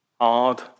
hard